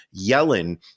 Yellen